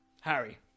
harry